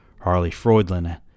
Harley-Freudlin